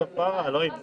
אנחנו לא קיבלנו מידע